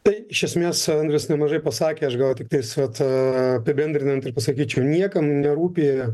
tai iš esmės andrius nemažai pasakė aš gal tiktais vat apibendrinant ir pasakyčiau niekam nerūpija